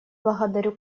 благодарю